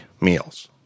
meals